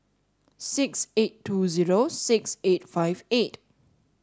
six eight two zero six eight five eight